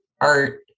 art